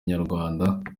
inyarwanda